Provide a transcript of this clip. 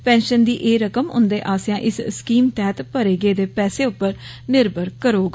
pension दी एह रकम उद्दे से इस स्कीम तैहत भरे गेदे पैसे उप्पर निर्भर करोग